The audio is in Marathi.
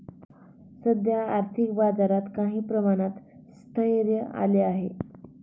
सध्या आर्थिक बाजारात काही प्रमाणात स्थैर्य आले आहे